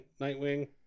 nightwing